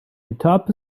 atop